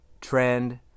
trend